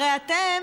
הרי אתם